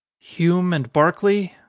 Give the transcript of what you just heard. hume and berkeley?